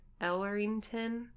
Ellerington